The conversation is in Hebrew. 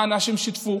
האנשים שיתפו.